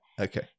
Okay